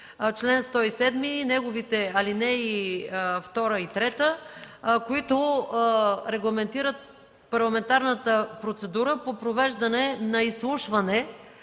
чл. 107, неговите алинеи 2 и 3, които регламентират парламентарната процедура по провеждане на изслушване